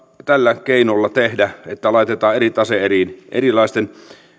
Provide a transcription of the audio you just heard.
tällä keinolla tehdä että laitetaan eri tase eriin erilaisten